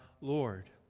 Lord